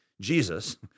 Jesus